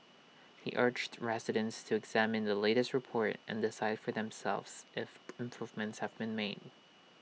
he urged residents to examine the latest report and decide for themselves if improvements have been made